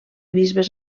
bisbes